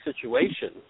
situation